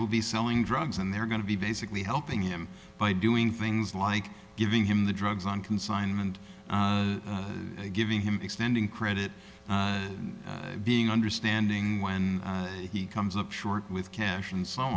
will be selling drugs and they're going to be basically helping him by doing things like giving him the drugs on consignment and giving him extending credit being understanding when he comes up short with cash and so